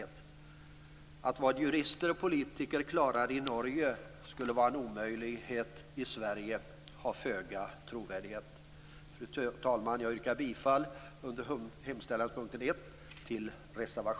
Det är föga trovärdigt att vad jurister och politiker klarar i Norge skulle vara en omöjlighet i Sverige. Fru talman! Jag yrkar bifall till reservationen under hemställanspunkten 1.